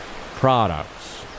products